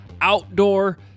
outdoor